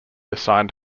assigned